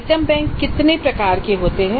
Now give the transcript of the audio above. item bank कितने प्रकार के होते हैं